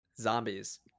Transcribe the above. zombies